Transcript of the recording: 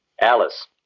Alice